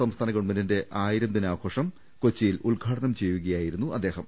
സംസ്ഥാന ഗവൺമെന്റിന്റെ ആയിരം ദിനാഘോഷം കൊച്ചിയിൽ ഉദ്ഘാടനം ചെയ്യു കയായിരുന്നു അദ്ദേഹം